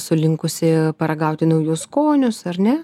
su linkusi paragauti naujus skonius ar ne